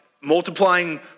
multiplying